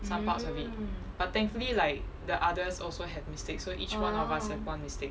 some parts of it but thankfully like the others also have mistakes so each one of us have one mistake